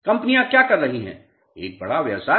कंपनियां क्या कर रही हैं एक बड़ा व्यवसाय